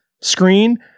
screen